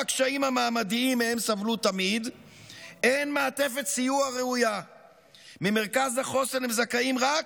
בעד, אין מתנגדים, אין נמנעים.